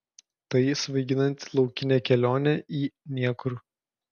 tai svaiginanti laukinė kelionė į niekur